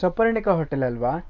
Souparnika ಹೋಟೆಲಲ್ವ